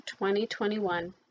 2021